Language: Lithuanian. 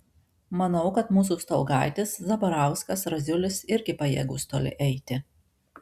manau kad mūsų staugaitis zabarauskas raziulis irgi pajėgūs toli eiti